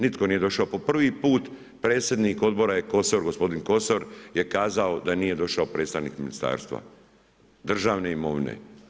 Nitko nije došao po prvi put predsjednik odbora je gospodin Kosor je kazao da nije došao predstavnik ministarstva državne imovine.